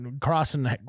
crossing